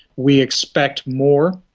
we expect more,